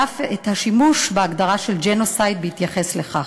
ואף את השימוש בהגדרה של ג'נוסייד בהתייחס לכך.